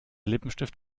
lippenstift